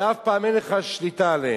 ואף פעם אין לך שליטה עליהם.